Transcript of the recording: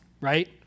right